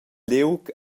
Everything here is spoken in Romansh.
liug